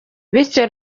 bityo